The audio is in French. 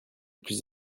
plus